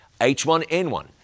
H1N1